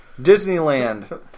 Disneyland